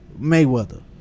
mayweather